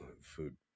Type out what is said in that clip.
food